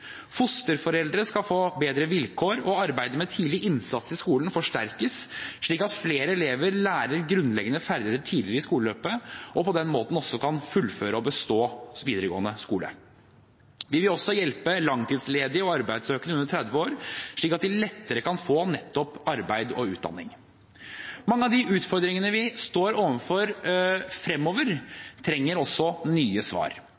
fosterforeldre skal få bedre vilkår og arbeidet med tidlig innsats i skolen forsterkes, slik at flere elever lærer grunnleggende ferdigheter tidligere i skoleløpet og på den måten også kan fullføre og bestå videregående skole. Vi vil også hjelpe langtidsledige og arbeidssøkende under 30 år, slik at de lettere kan få nettopp arbeid og utdanning. Mange av de utfordringene vi står overfor fremover, trenger også nye svar.